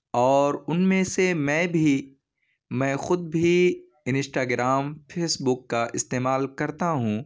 اور ان میں سے میں بھی میں خود بھی انسٹا گرام فیس بک کا استعمال کرتا ہوں